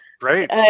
great